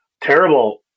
Terrible